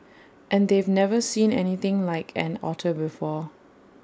and they've never seen anything like an otter before